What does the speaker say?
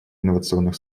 инновационных